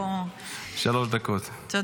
שלוש דקות, בבקשה.